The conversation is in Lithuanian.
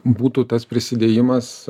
būtų tas prisidėjimas